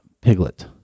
Piglet